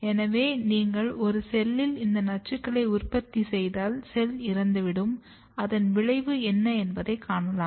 எனவே நீங்கள் ஒரு செல்லில் இந்த நச்சுக்களை உற்பத்தி செய்தால் செல் இறந்துவிடும் அதன் விளைவு என்ன என்பதை காணலாம்